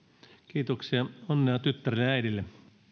kiitoksia onnea tyttären äidille